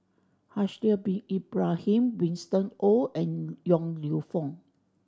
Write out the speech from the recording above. Haslir Bin Ibrahim Winston Oh and Yong Lew Foong